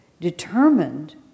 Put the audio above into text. determined